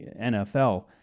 NFL